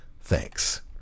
Thanks